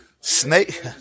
Snake